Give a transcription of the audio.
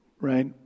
Right